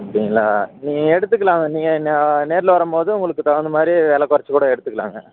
அப்படிங்களா நீங்கள் எடுத்துக்கலாம் நீங்கள் நேரில் வரும்போது அதுக்குத் தகுந்தமாதிரி குறைத்துகூட எடுத்துக்கலாங்க